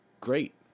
Great